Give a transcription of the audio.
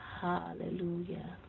Hallelujah